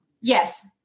yes